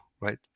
right